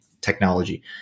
technology